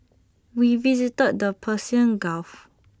we visited the Persian gulf